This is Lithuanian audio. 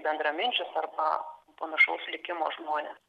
bendraminčius arba panašaus likimo žmones